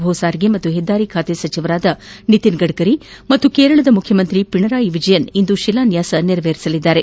ಭೂಸಾರಿಗೆ ಪಾಗೂ ಪೆದ್ದಾರಿ ಖಾತೆ ಸಚಿವ ನಿತಿನ್ ಗಢರಿ ಪಾಗೂ ಕೇರಳ ಮುಖ್ಯಮಂತ್ರಿ ಪಿಣರಾಯ್ ವಿಜಯನ್ ಇಂದು ಶಿಲಾನ್ನಾಸ ನೆರವೇರಿಸಲಿದ್ದಾರೆ